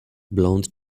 blond